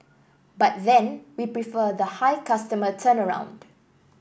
but then we prefer the high customer turnaround